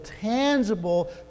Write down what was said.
tangible